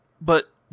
But